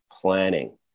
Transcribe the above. planning